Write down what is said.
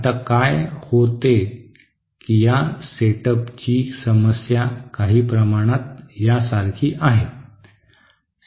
आता काय होते की या सेटअपची समस्या काही प्रमाणात यासारखी आहे